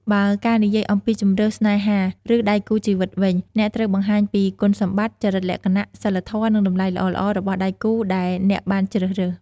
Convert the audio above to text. បើការនិយាយអំពីជម្រើសស្នេហាឬដៃគូជីវិតវិញអ្នកត្រូវបង្ហាញពីគុណសម្បត្តិ ចរិតលក្ខណៈ សីលធម៌ និងតម្លៃល្អៗរបស់ដៃគូដែលអ្នកបានជ្រើសរើស។